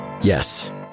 yes